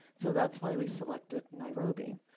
so that's why we selected nairobi.